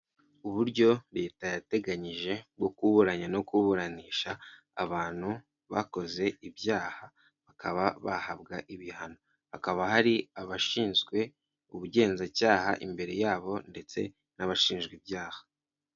Uburyo leta yateganyije bwo kuburanya no kuburanisha abantu bakoze ibyaha bakaba bahabwa ibihano, hakaba hari abashinzwe ubugenzacyaha imbere yabo ndetse n'abashinjwa ibyaha.